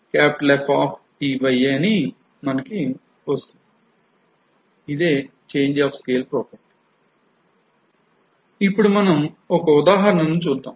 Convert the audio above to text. ఇప్పుడు ఇప్పుడు మనం ఒక ఉదాహరణను చూద్దాం